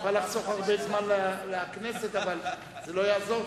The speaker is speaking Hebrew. נוכל לחסוך הרבה זמן לכנסת, אבל זה לא יעזור.